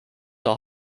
are